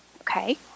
Okay